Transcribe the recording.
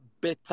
better